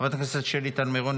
חברת הכנסת שלי טל מירון,